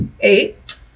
Eight